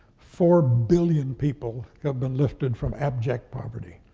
four billion people have been lifted from abject poverty,